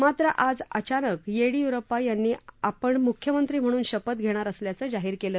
मात्र आज अचानक येडियुरप्पा यांनी आपण मुख्यमंत्री म्हणून शपथ घेणार असल्याचं जाहीर केलं